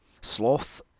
Sloth